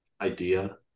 idea